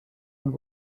and